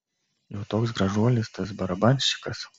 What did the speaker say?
jau toks gražuolis tas barabanščikas